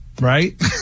Right